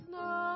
no